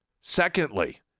Secondly